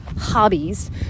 hobbies